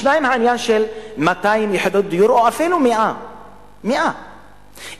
יש העניין של 200 יחידות דיור או אפילו 100. סוג